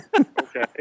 Okay